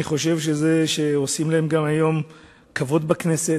אני חושב שזה שעושים להם היום כבוד בכנסת,